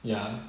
ya